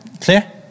Clear